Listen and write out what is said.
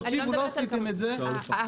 מה הבעיה.